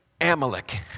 Amalek